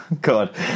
god